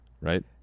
Right